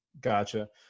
Gotcha